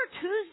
Tuesday